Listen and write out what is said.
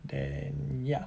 then yeah